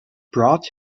brought